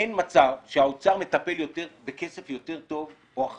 אין מצב שהאוצר מטפל בכסף יותר טוב ויותר